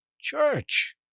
church